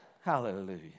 Hallelujah